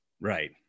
right